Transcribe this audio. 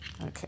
Okay